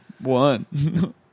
one